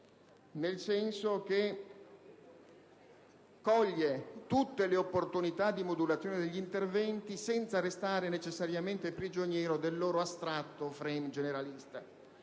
nel senso che coglie tutte le opportunità di modulazione degli interventi senza restare necessariamente prigioniero del loro astratto *frame* generalista.